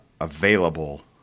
available